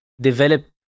develop